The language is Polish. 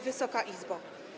Wysoka Izbo!